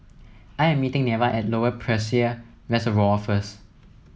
I am meeting Neva at Lower Peirce Reservoir first